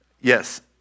Yes